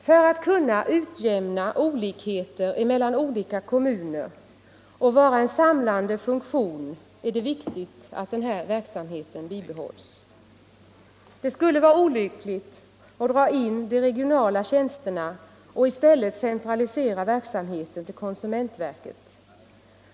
För att utjämna olikheterna mellan olika kommuner och vara en samlande funktion är det viktigt att denna verksamhet bibehålls. Det skulle vara olyckligt att dra in de regionala tjänsterna och i stället centralisera verksamheten till konsumentverket.